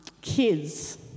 kids